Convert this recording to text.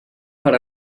per